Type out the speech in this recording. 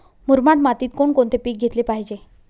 मुरमाड मातीत कोणकोणते पीक घेतले पाहिजे?